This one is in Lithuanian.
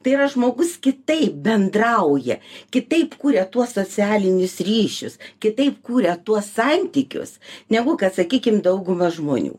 tai yra žmogus kitaip bendrauja kitaip kuria tuos socialinius ryšius kitaip kuria tuos santykius negu kad sakykim dauguma žmonių